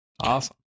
awesome